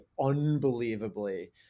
unbelievably